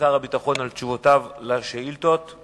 ושומרון מארחים את חיילי צה"ל השומרים על יישובם לסעודת ערב שבת.